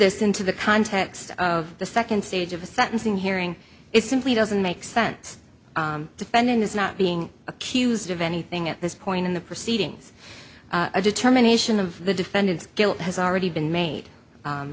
this into the context of the second stage of the sentencing hearing it simply doesn't make sense defendant is not being accused of anything at this point in the proceedings a determination of the defendant's guilt has already been made